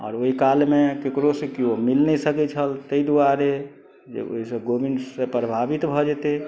आर ओहि कालमे केकरोसँ केओ मिल नहि सकैत छल ताहि दुआरे जे ओहिसँ कोविड सँ प्रभावित भऽ जेतै